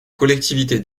collectivités